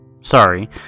Sorry